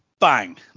Bang